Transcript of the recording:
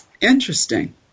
Interesting